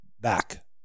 back